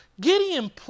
Gideon